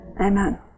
Amen